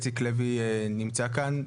איציק לוי נמצא כאן,